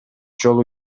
жолу